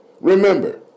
Remember